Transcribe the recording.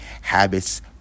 habits